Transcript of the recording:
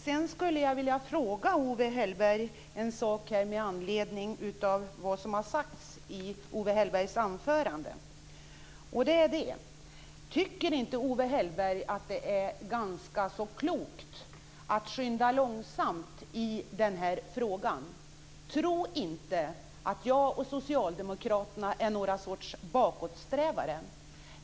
Jag skulle vilja ställa en fråga till Owe Hellberg med anledning av vad han sade i sitt anförande. Det är det här: Tycker inte Owe Hellberg att det är ganska klokt att skynda långsamt i den här frågan? Tro inte att jag och socialdemokraterna är någon sorts bakåtsträvare.